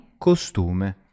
Costume